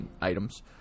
items